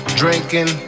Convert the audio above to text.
drinking